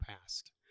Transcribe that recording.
past